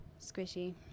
squishy